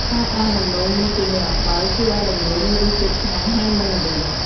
ការត្រាំដំទ្បូងមីជាមួយអំបិល ជួយឱ្យដំឡូងមានរសជាតិឆ្ងាញ់ ហើយមិនល្វីង។